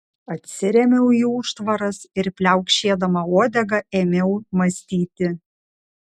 atsirėmiau į užtvaras ir pliaukšėdama uodega ėmiau mąstyti